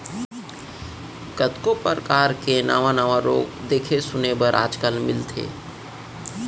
कतको परकार के नावा नावा रोग देखे सुने बर आज काल मिलथे